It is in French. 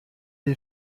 est